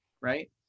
Right